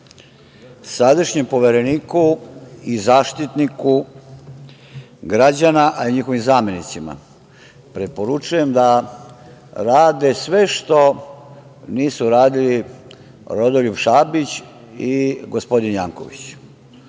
Sadašnjem Povereniku i Zaštitniku građana a i njihovim zamenicima preporučujem da rade sve što nisu radili Rodoljub Šabić i gospodin Janković.